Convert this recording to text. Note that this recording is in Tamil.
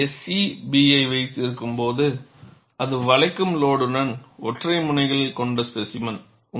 நான் SE B ஐ வைத்திருக்கும்போது அது வளைக்கும் லோடுடன் ஒற்றை முனைகள் கொண்ட ஸ்பேசிமென்